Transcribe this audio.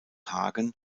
hagen